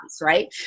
right